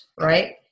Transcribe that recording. right